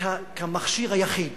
כמכשיר היחיד